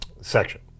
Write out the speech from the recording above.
section